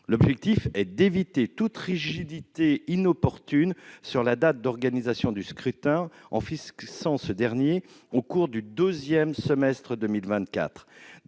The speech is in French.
L'objectif est d'éviter toute rigidité inopportune sur la date d'organisation du scrutin en fixant ce dernier au cours du deuxième semestre de 2024.